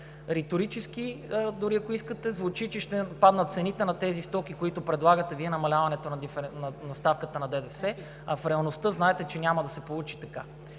риторически. Дори, ако искате, звучи, че ще паднат цените на тези стоки, които предлагате Вие, намаляване на ставката на ДДС, а в реалността, знаете, че няма да се получи така.